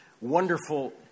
wonderful